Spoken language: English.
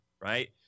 right